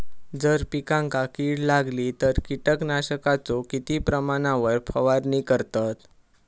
जर पिकांका कीड लागली तर कीटकनाशकाचो किती प्रमाणावर फवारणी करतत?